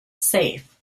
safe